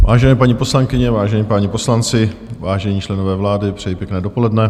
Vážené paní poslankyně, vážení páni poslanci, vážení členové vlády, přeji pěkné dopoledne.